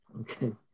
Okay